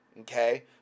Okay